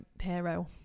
hero